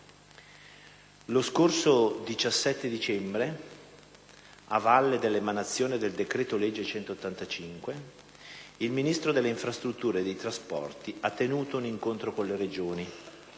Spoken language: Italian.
Lo scorso 17 dicembre, a valle dell'emanazione del decreto-legge n. 185, il Ministro delle infrastrutture e dei trasporti ha tenuto un incontro con le Regioni